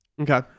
Okay